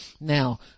Now